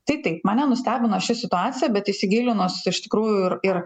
tai taip mane nustebino ši situacija bet įsigilinus iš tikrųjų ir ir